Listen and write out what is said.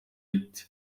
gate